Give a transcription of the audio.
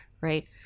right